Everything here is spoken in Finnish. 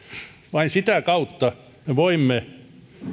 vain sitä kautta me voimme